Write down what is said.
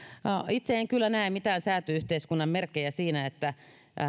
itse en kyllä näe mitään sääty yhteiskunnan merkkejä siinä että